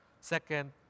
Second